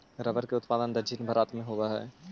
rubber का उत्पादन दक्षिण भारत में होवअ हई